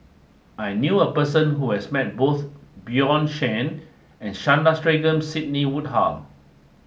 I knew a person who has met both Bjorn Shen and Sandrasegaran Sidney Woodhull